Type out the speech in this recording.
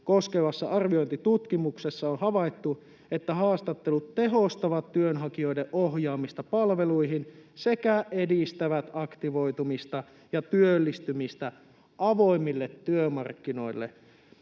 koskevassa arviointitutkimuksessa on havaittu, että haastattelut tehostavat työnhakijoiden ohjaamista palveluihin sekä edistävät aktivoitumista ja työllistymistä avoimille työmarkkinoille.